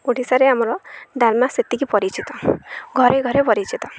ଓଡ଼ିଶାରେ ଆମର ଡାଲମା ସେତିକି ପରିଚିତ ଘରେ ଘରେ ପରିଚିତ